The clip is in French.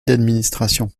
d’administration